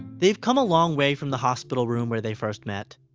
they've come a long way from the hospital room where they first met.